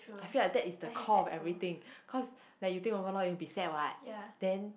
I feel like that is the core of everything cause like you think overall you will be sad what then